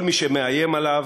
כל מי שמאיים עליו